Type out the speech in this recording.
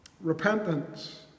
Repentance